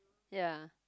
ya